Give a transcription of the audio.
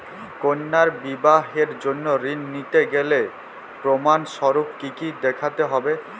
কন্যার বিবাহের জন্য ঋণ নিতে গেলে প্রমাণ স্বরূপ কী কী দেখাতে হবে?